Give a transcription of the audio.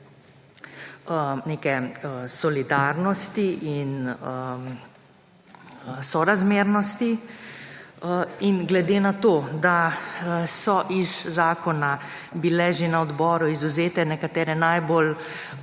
neke solidarnosti in sorazmernosti. In glede na to, da so iz zakona bile že na odboru izvzete nekatere najbolj,